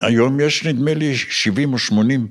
‫היום יש, נדמה לי, 70 או 80.